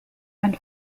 and